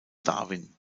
darwin